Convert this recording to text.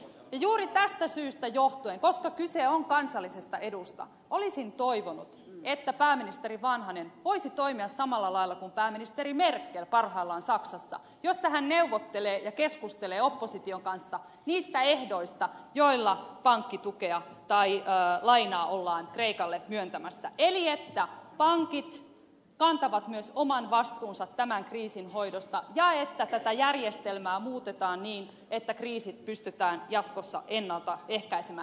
juuri tästä syystä johtuen koska kyse on kansallisesta edusta olisin toivonut että pääministeri vanhanen voisi toimia samalla lailla kuin pääministeri merkel parhaillaan saksassa jossa hän neuvottelee ja keskustelee opposition kanssa niistä ehdoista joilla pankkitukea tai lainaa ollaan kreikalle myöntämässä eli että pankit kantavat myös oman vastuunsa tämän kriisin hoidosta ja että tätä järjestelmää muutetaan niin että kriisit pystytään jatkossa ennalta ehkäisemään